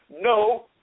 no